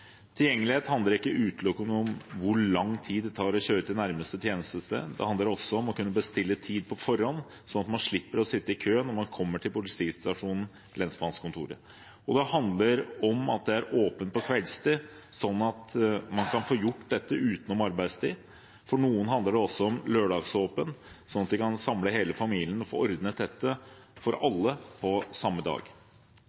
Tilgjengelighet handler ikke utelukkende om hvor langt tid det tar å kjøre til nærmeste tjenestested. Det handler også om å kunne bestille tid på forhånd, så man slipper å sitte i kø når man kommer til politistasjonen/lensmannskontoret. Og det handler om at det er åpent på kveldstid, så man kan få gjort dette utenom arbeidstid. For noen handler det også om lørdagsåpent, slik at de kan samle hele familien og få ordnet dette for